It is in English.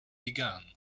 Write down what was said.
began